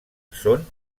són